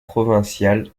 provincial